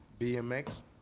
BMX